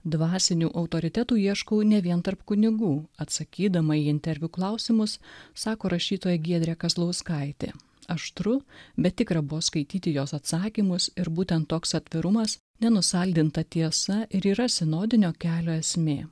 dvasinių autoritetų ieškau ne vien tarp kunigų atsakydama į interviu klausimus sako rašytoja giedrė kazlauskaitė aštru bet tikra buvo skaityti jos atsakymus ir būtent toks atvirumas nenusaldinta tiesa ir yra sinodinio kelio esmė